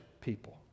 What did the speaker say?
people